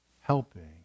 Helping